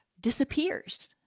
disappears